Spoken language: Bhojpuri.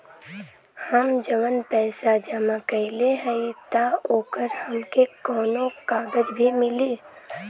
हम जवन पैसा जमा कइले हई त ओकर हमके कौनो कागज भी मिली?